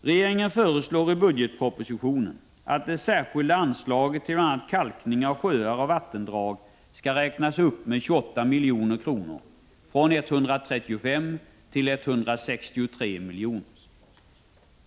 Regeringen föreslår i propositionen att det särskilda anslaget till bl.a. kalkning av sjöar och vattendrag skall räknas upp med 28 milj.kr. från 135 till 163 miljoner.